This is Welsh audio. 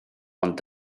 ond